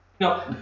No